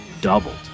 doubled